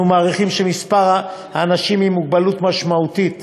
אנחנו מעריכים שמספר האנשים עם מוגבלות משמעותית